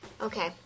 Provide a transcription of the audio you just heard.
Okay